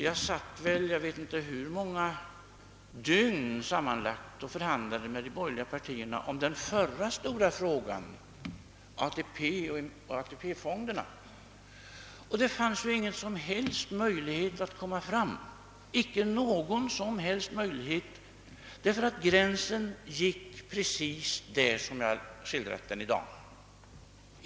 Jag satt — jag vet inte hur många dygn — och förhandlade med de borgerliga partierna om den förra stora frågan: ATP och AP-fonderna. Men det fanns då ingen som helst möjlighet att komma fram, ty gränsen gick precis så som jag förut i dag skildrat det.